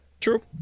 True